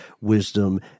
wisdom